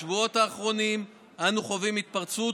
בשבועות האחרונים אנו חווים התפרצות